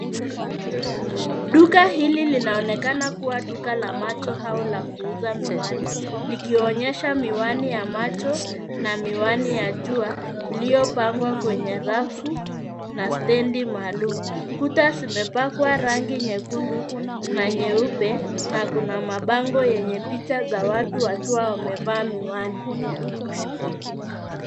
Duka hili linaonekana kuwa duka la macho au la kuuza miwani, likionyesha miwani ya macho na miwani ya jua iliyopangwa kwenye rafu na stendi maalum. Kuta zimepakwa rangi nyekundu na nyeupe na kuna mabango yenye picha za watu wakiwa wamevaa miwani.